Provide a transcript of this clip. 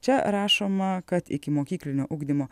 čia rašoma kad ikimokyklinio ugdymo